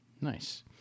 Nice